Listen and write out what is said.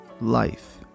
Life